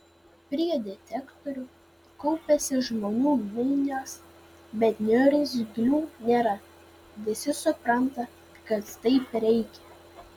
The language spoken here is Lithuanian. prie detektorių kaupiasi žmonių minios bet niurzglių nėra visi supranta kad taip reikia